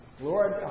Lord